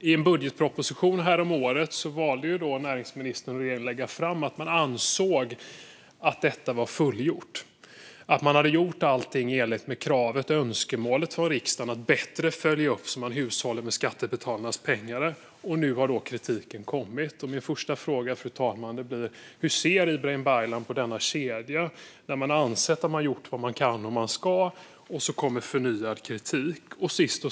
I en budgetproposition häromåret valde näringsministern att ange att detta var fullgjort, alltså att man hade gjort allt i enlighet med kravet och önskemålet från riksdagen om att bättre följa upp att det hushållas med skattebetalarnas pengar. Nu har kritiken kommit. Fru talman! Min första fråga är: Hur ser Ibrahim Baylan på denna kedja, där man har ansett att man har gjort vad man kan och vad man ska men där det sedan kommer förnyad kritik?